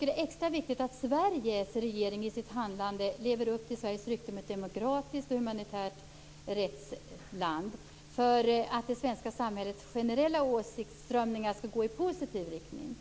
Det är extra viktigt att Sveriges regering i sitt handlande lever upp till Sveriges rykte som ett demokratiskt och humanitärt rättsland för att det svenska samhällets generella åsiktsströmningar skall gå i positiv riktning.